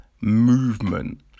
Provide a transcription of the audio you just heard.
movement